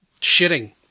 shitting